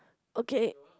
okay